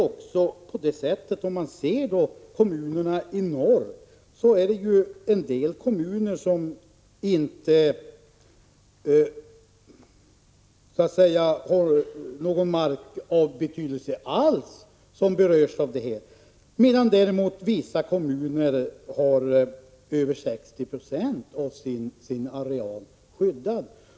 Vidare är det så att en del av kommunerna i norr inte har någon mark alls som berörs, medan andra kommuner däremot har över 60 92 av sin areal skyddad.